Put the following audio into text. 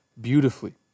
beautifully